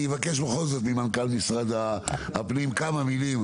אני אבקש בכל זאת ממנכ"ל משרד הפנים כמה מילים,